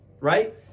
right